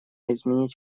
изменить